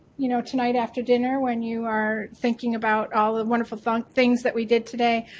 you know tonight after dinner when you are thinking about all the wonderful things that we did today,